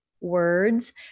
words